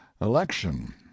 election